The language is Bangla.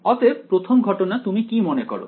অতএব প্রথম ঘটনা সম্পর্কে তুমি কি মনে করো